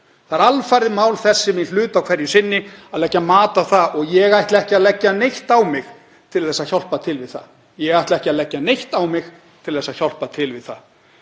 „Það er alfarið mál þess sem í hlut á hverju sinni að leggja mat á það og ég ætla ekki að leggja neitt á mig til að hjálpa til við það.“ — Ég ætla ekki að leggja neitt á mig til að hjálpa til við það.